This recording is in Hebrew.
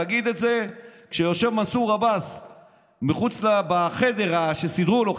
כשמנסור עבאס יושב בחדר שסידרו לו,